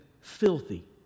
filthy